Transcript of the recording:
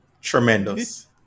Tremendous